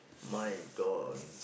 my god